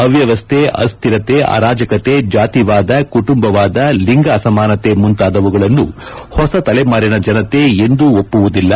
ಅವ್ಯವಸ್ಥೆ ಅಸ್ಡಿರತೆ ಅರಾಜಕತೆ ಜಾತಿವಾದ ಕುಟುಂಬವಾದ ಲಿಂಗ ಅಸಮಾನತೆ ಮುಂತಾದವುಗಳನ್ನು ಹೊಸ ತಲೆಮಾರಿನ ಜನತೆ ಎಂದೂ ಒಪ್ಪುವುದಿಲ್ಲ